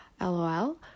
LOL